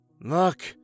Look